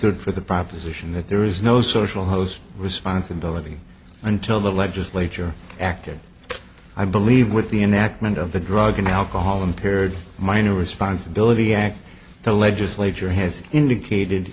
stood for the proposition that there is no social hose responsibility until the legislature acted i believe with the enactment of the drug and alcohol impaired minor responsibility act the legislature has indicated